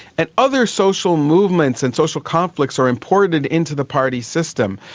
and other social movements and social conflicts are imported into the party system.